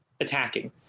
attacking